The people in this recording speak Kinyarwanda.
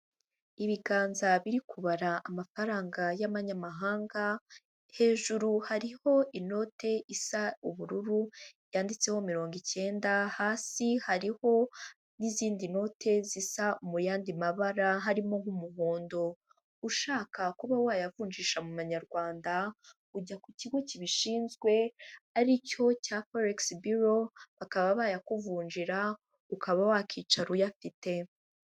Ibiganza biri kubara amafaranga y'amanyamahanga, hejuru hariho inote isa ubururu yanditseho mirongo icyenda, hasi hariho n'izindi note zisa mu yandi mabara harimo nk'umuhondo, ushaka kuba wayavunjisha mu manyarwanda ujya ku kigo kibishinzwe ari cyo cya foregisi biro bakaba bayakugunjira ukaba wakicara uyafite.